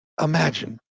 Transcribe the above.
imagine